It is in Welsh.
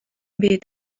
byd